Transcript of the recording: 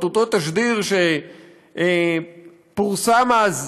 את אותו תשדיר שפורסם אז,